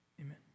Amen